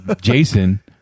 Jason